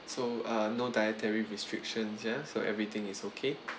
so uh no dietary restriction yeah so everything is okay